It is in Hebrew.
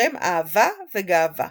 בשם "אהבה וגאוה".